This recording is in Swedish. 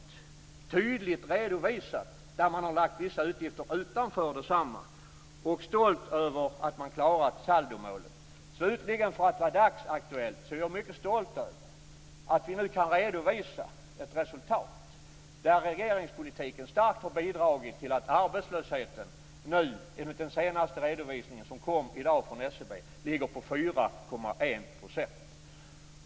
Det finns tydligt redovisat, och där har man lagt vissa utgifter utanför. Jag är stolt över att man har klarat saldomålet. Slutligen, för att vara dagsaktuell, är jag mycket stolt över att vi nu kan redovisa ett resultat där regeringspolitiken starkt har bidragit till att arbetslösheten enligt den senaste redovisningen från SCB i dag ligger på 4,1 %.